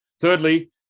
Thirdly